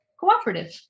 cooperative